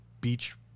beach